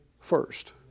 first